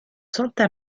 santa